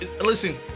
listen